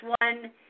one